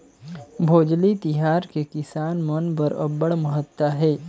भोजली तिहार के किसान मन बर अब्बड़ महत्ता हे